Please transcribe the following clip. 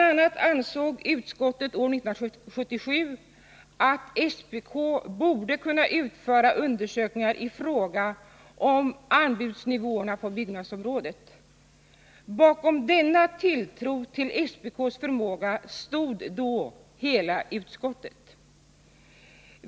a. ansåg utskottet år 1977 att SPK borde kunna utföra undersökningar i fråga om anbudsnivåerna på byggnadsområdet. Bakom denna tilltro till SPK:s förmåga stod då hela utskottet.